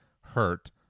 hurt